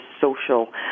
social